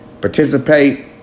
participate